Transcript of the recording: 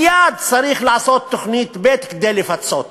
מייד צריך לעשות תוכנית ב', כדי לפצות.